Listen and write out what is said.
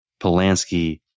Polanski